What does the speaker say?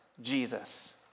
Jesus